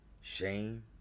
shame